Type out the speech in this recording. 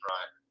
Right